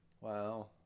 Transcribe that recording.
Wow